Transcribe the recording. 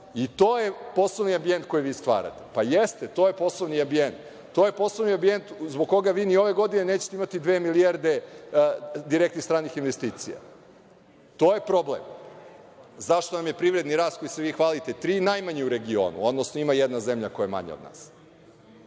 I to je poslovni ambijent koji vi stvarate. Pa, jeste to je poslovni ambijent. To je poslovni ambijent zbog koga vi ni ove godine nećete imati dve milijarde direktnih stranih investicija. To je problem zašto nam je privredni rast, kojim se vi hvalite najmanji u regionu, odnosno ima jedna zemlja koja je manja od nas.